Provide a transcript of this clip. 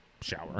shower